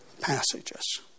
passages